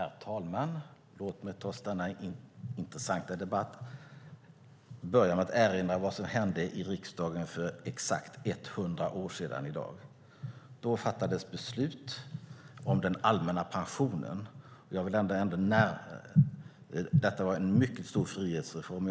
Herr talman! Låt mig trots denna intressanta debatt börja med att erinra om vad som hände i riksdagen för exakt 100 år sedan i dag. Då fattades beslut om den allmänna pensionen. Detta var en mycket stor frihetsreform.